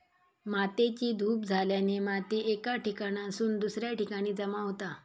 मातेची धूप झाल्याने माती एका ठिकाणासून दुसऱ्या ठिकाणी जमा होता